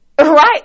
Right